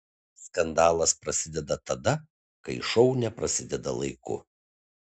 skandalas prasideda tada kai šou neprasideda laiku